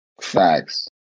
Facts